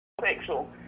sexual